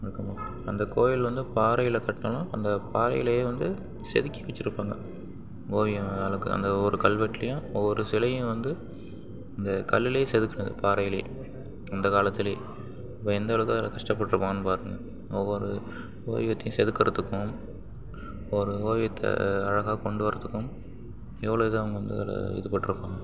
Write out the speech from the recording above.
முழுக்க முழுக்க அந்த கோயிலில் வந்து பாறையில் கட்டணும் அந்த பாறையிலேயே வந்து செதுக்கி வெச்சிருப்பாங்க ஓவியம் அழகை அந்த ஒவ்வொரு கல்வெட்டிலியும் ஒவ்வொரு சிலையும் வந்து இந்த கல்லில் செதுக்கினது பாறையில் அந்த காலத்தில் அப்போ எந்த அளவுக்கு அதில் கஷ்டப்பட்டிருப்பான் பார்த்துகங்க ஒவ்வொரு ஓவியத்தையும் செதுக்குறதுக்கும் ஒரு ஓவியத்தை அழகாக கொண்டு வரத்துக்கும் எவ்வளோ இது அவங்க வந்து அதில் இது பட்டிருப்பாங்க